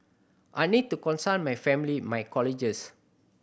I need to consult my family my colleagues